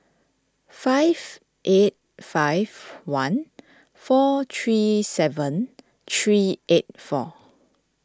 five eight five one four three seven three eight four